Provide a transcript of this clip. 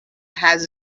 has